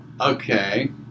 Okay